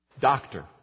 doctor